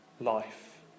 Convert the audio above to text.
life